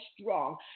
strong